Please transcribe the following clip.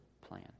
plan